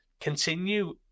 continue